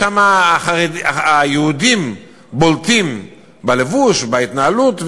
שם היהודים בולטים בלבוש ובהתנהלות,